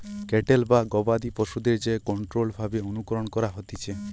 cattle বা গবাদি পশুদের যে কন্ট্রোল্ড ভাবে অনুকরণ করা হতিছে